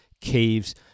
caves